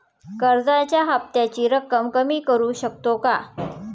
कर्जाच्या हफ्त्याची रक्कम कमी करू शकतो का?